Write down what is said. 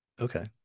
Okay